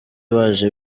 baje